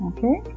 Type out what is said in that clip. Okay